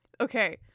Okay